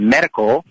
Medical